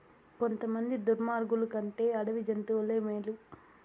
కొంతమంది దుర్మార్గులు కంటే అడవి జంతువులే మేలు